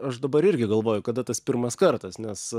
aš dabar irgi galvoju kada tas pirmas kartas nes